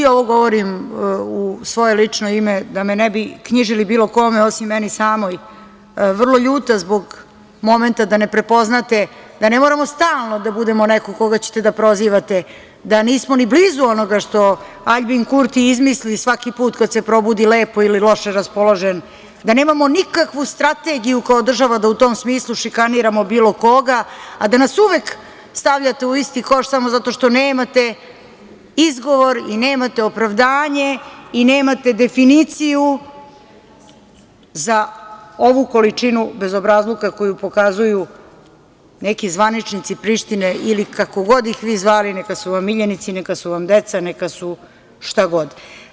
Ovo govorim u svoje lično ime, da me ne bi knjižili bilo kome, osim meni samoj, vrlo ljuta, zbog momenta da ne prepoznate, da ne moramo stalno da budemo neko koga ćete da prozivate, da nismo ni blizu ni onoga što Aljbin Kurti, izmisli svaki put kad se probudi lepo ili loše raspoložen, da nemamo nikakvu strategiju kao država da u tom smislu, šikaniramo bilo koga, a da nas uvek stavljate u isti koš samo zato što nemate izgovor i nemate opravdanje, i nemate definiciju, za ovu količinu bezobrazluka koju pokazuju neki zvaničnici Prištine ili kako god ih vi zvali, nek su vam miljenici, neka su vam deca, šta god.